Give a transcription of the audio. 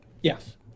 Yes